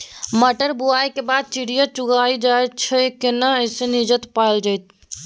मटर बुआई के बाद चिड़िया चुइग जाय छियै केना ऐसे निजात पायल जाय?